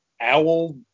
owl